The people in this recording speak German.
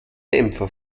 dämpfer